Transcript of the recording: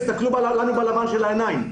תסתכלו לנו בלבן של העיניים.